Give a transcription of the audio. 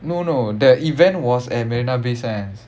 no no their event was at marina bay sands